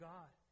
God